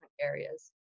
areas